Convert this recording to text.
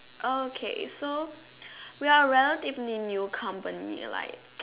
okay so we are relatively new company and like